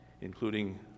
including